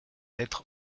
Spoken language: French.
être